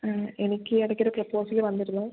ആ എനിക്ക് ഇടയ്ക്കൊരു പ്രൊപ്പോസൽ വന്നിരുന്നു